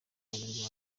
banyarwanda